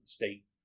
state